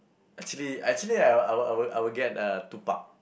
actually actually I I would I would get uh Tupac